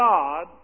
God